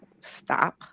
stop